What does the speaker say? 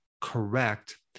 correct